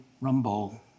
Rumble